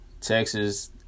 Texas